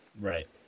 Right